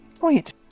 Wait